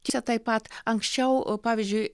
čia taip pat anksčiau pavyzdžiui